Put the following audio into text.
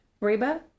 Reba